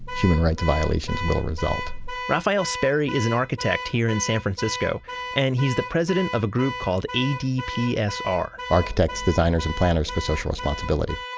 human rights violations will result raphael sperry is an architect here in san francisco and he's the president of the group called adpsr architects designers and planners for social responsibility.